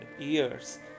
years